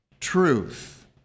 truth